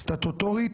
סטטוטורית,